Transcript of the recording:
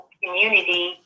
community